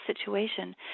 situation